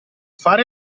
fare